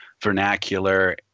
vernacular